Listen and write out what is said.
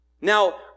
Now